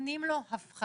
נותנים לו הפחתה.